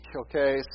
okay